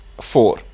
four